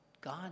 God